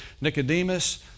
Nicodemus